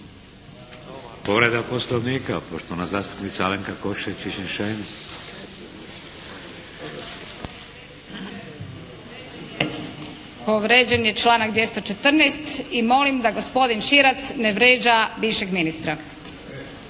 Povređen je članak 214. i molim da gospodin Širac ne vređa bivšeg ministra.